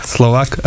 Slovak